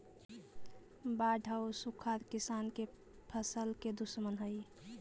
बाढ़ आउ सुखाड़ किसान के फसल के दुश्मन हइ